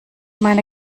meine